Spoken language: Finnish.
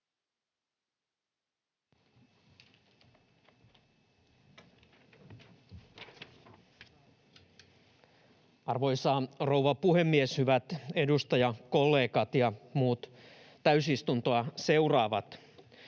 Arvoisa rouva puhemies! Hyvät edustajakollegat ja muut täysistuntoa seuraavat!